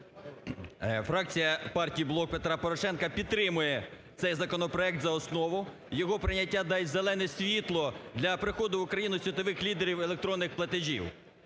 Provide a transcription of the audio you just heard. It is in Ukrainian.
Фракція партії "Блок Петра Порошенка" підтримує цей законопроект за основу. Його прийняття дасть зелене світло для приходу в Україну світових лідерів електронних платежів,